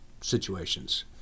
situations